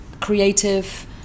creative